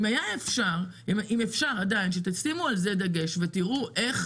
אם אפשר עדיין שתשימו על זה דגש ותראו איך